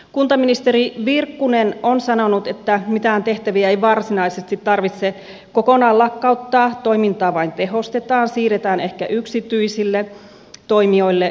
kuntaministeri virkkunen on sanonut että mitään tehtäviä ei varsinaisesti tarvitse kokonaan lakkauttaa toimintaa vain tehostetaan siirretään ehkä yksityisille toimijoille ja valtiolle